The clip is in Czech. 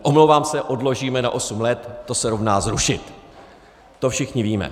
Omlouvám se odložíme na osm let, to se rovná zrušit, to všichni víme.